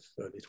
early